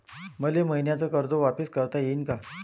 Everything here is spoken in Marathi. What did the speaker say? मले मईन्याचं कर्ज वापिस करता येईन का?